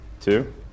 two